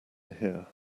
here